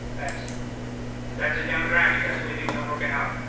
that's that's a demographic, that's the way things are working out.